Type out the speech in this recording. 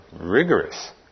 rigorous